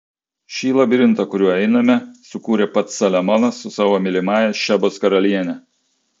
šį labirintą kuriuo einame sukūrė pats saliamonas su savo mylimąja šebos karaliene